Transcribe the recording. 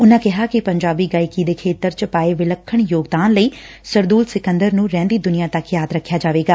ਉਨੂਾ ਕਿਹਾ ਕਿ ਪੰਜਾਬੀ ਗਾਇਕੀ ਦੇ ਖੇਤਰ ਚ ਪਾਏ ਵਿਲੱਖਣ ਯੋਗਦਾਨ ਲਈ ਸਰਦੂਲ ਸਿਕੰਦਰ ਨੂੰ ਰਹਿੰਦੀ ਦੁਨੀਆਂ ਤੱਕ ਯਾਦ ਰਖਿਆ ਜਾਵੇਗਾ